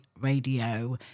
Radio